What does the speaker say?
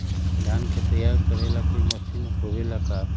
धान के तैयार करेला कोई मशीन होबेला का?